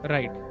Right